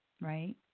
right